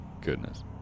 goodness